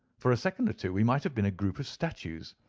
for a second or two we might have been a group of statues.